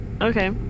Okay